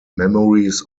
memories